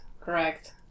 correct